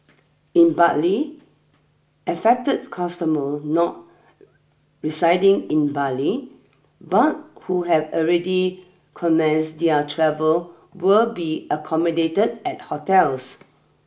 in Bali affected customer not residing in Bali but who have already commenced their travel will be accommodated at hotels